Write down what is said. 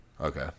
Okay